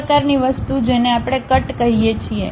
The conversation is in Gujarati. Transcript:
આ પ્રકારની વસ્તુ જેને આપણે કટ કહીએ છીએ